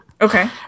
Okay